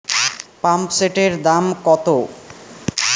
পাম্পসেটের দাম কত?